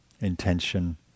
intention